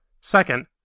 Second